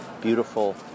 beautiful